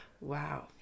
Wow